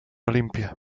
olimpia